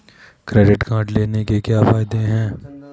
Credit card लेने के क्या फायदे हैं?